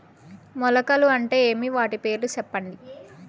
మొలకలు అంటే ఏమి? వాటి పేర్లు సెప్పండి?